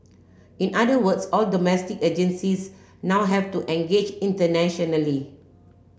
in other words all domestic agencies now have to engage internationally